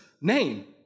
name